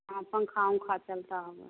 हाँ पंखा उंख चलता होगा